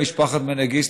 משפחת מנגיסטו,